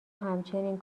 همچنین